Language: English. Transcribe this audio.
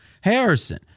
Harrison